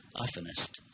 oftenest